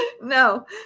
no